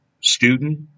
student